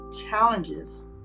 challenges